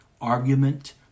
argument